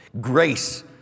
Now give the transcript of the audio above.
grace